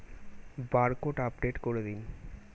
Barcode update করে দিন?